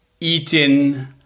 eating